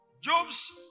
Job's